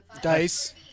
Dice